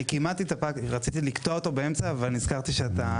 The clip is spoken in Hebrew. התאפקתי, רצתי לקטוע אותו באמצע, אבל התאפקתי.